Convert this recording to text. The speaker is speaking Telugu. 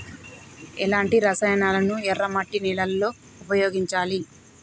ఎలాంటి రసాయనాలను ఎర్ర మట్టి నేల లో ఉపయోగించాలి?